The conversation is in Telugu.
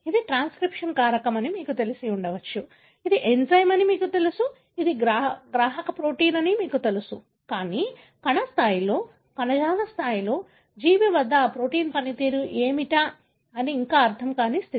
ఇది ట్రాన్స్క్రిప్షన్ కారకం అని మీకు తెలిసి ఉండవచ్చు ఇది ఎంజైమ్ అని మీకు తెలుసు ఇది గ్రాహక ప్రోటీన్ అని మీకు తెలుసు కానీ కణ స్థాయిలో కణజాల స్థాయిలో జీవి వద్ద ఆ ప్రోటీన్ పనితీరు ఏమిటి ఇంకా అర్థం కాని స్థాయి